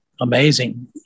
amazing